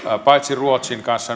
paitsi ruotsin kanssa